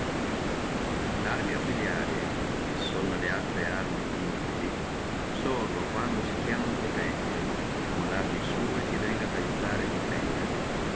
larmi ausiliarie che sono laltre armi inutili sono quando si chiama uno potente che con le arme sue ti venga ad aiutare e defendere